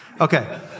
Okay